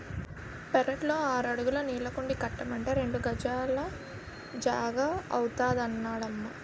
పెరట్లో ఆరడుగుల నీళ్ళకుండీ కట్టమంటే రెండు గజాల జాగా అవుతాదన్నడమ్మా